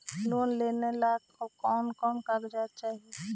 Loan लेने ला कोन कोन कागजात चाही?